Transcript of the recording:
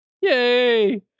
Yay